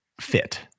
fit